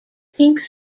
pink